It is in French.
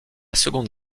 seconde